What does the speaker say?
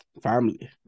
family